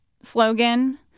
slogan